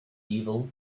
evil